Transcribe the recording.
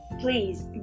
please